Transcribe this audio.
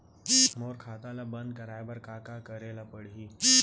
मोर खाता ल बन्द कराये बर का का करे ल पड़ही?